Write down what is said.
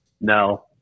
No